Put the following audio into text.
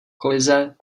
kolize